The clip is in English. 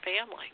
family